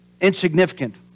insignificant